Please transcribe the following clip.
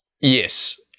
Yes